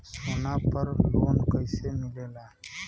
सोना पर loan कइसे मिलेला?